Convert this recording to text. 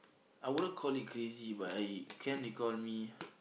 I wouldn't call it crazy but I can they call me